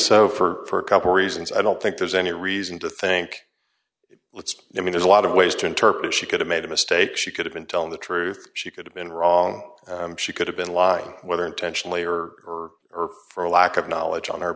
so for a couple reasons i don't think there's any reason to think let's let me there's a lot of ways to interpret she could have made a mistake she could have been telling the truth she could have been wrong she could have been lying whether intentionally or or for a lack of knowledge on